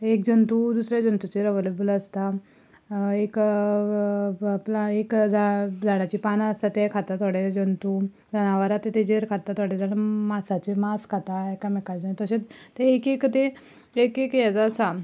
एक जंतू दुसऱ्या जंतूचेर अवेलेबल आसता एक आपला झाडाची पानां आसा ते खातात थोडे जंतू जनावरां तेजेर खाता थोडे जाणां मांसाचेर मांस खाता एकामेकाचें तशेंच एक एक तें एक एक हेजें आसा